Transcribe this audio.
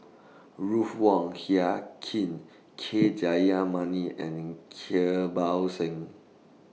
Ruth Wong Hie King K Jayamani and Kirpal Singh